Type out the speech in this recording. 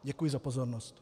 Děkuji za pozornost.